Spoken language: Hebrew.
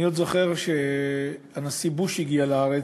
אני עוד זוכר שהנשיא בוש הגיע לארץ,